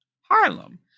Harlem